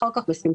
בשמחה.